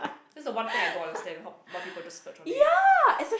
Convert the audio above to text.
that's the one thing I don't understand how why people just splurge on it